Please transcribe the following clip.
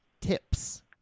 tips